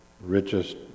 richest